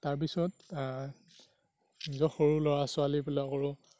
তাৰপিছত নিজৰ সৰু ল'ৰা ছোৱালীবিলাকৰো